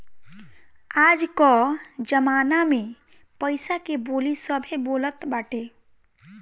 आज कअ जमाना में पईसा के बोली सभे बोलत बाटे